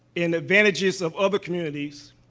and advantages of other communities,